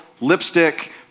lipstick